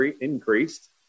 increased